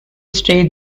stay